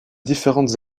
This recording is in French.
différentes